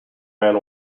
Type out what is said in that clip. man